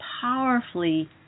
powerfully